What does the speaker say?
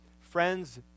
friends